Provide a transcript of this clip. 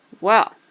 Well